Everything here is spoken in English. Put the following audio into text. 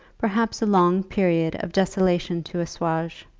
perhaps a long period of desolation to assuage,